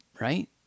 right